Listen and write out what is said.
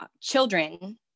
children